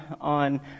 on